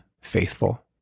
faithful